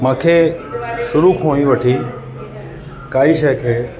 मांखे शुरू खां ई वठी काई शइ खे